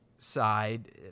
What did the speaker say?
Side